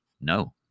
no